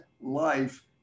life